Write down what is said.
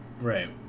Right